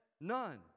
None